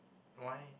why